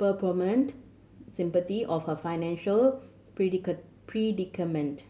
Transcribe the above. sympathy of her financial predicament